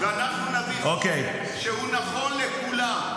-- ואנחנו חוק שהוא נכון לכולם.